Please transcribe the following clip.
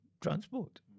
transport